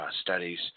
studies